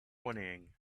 whinnying